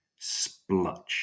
splutch